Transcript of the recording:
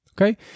okay